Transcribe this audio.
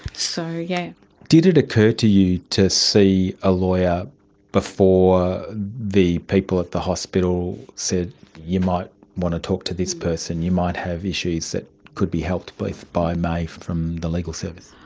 so yeah did it occur to you to see a lawyer before the people at the hospital said you might want to talk to this person you might have issues that could be helped by by maie from the legal service?